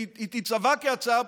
היא תיצבע כהחלטה פוליטית.